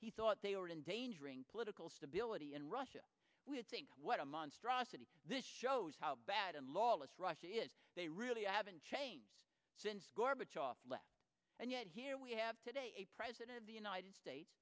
he thought they were endangering political stability in russia we think what a monstrosity this shows how bad and lawless russia is they really haven't changed since gorbachev left and yet here we have today a president of the united states